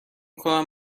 کنم